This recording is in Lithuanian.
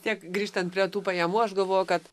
tiek grįžtan prie tų pajamų aš galvoju kad